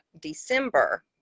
december